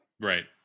Right